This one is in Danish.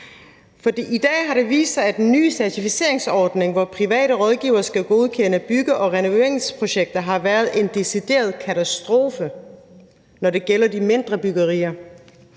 i dag har det vist sig, at den nye certificeringsordning, hvor private rådgivere skal godkende bygge- og renoveringsprojekter, har været en decideret katastrofe, når det gælder de mindre byggerier.